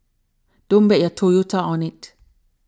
don't bet your Toyota on it